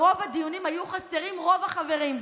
ברוב הדיונים היו חסרים רוב החברים,